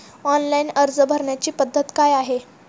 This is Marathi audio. ऑनलाइन अर्ज भरण्याची पद्धत काय आहे?